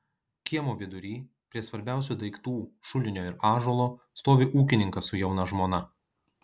kiemo vidury prie svarbiausių daiktų šulinio ir ąžuolo stovi ūkininkas su jauna žmona